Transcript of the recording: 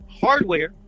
Hardware